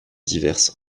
diverses